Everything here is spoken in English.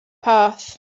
path